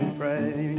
pray